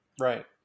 Right